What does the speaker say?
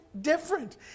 different